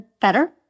better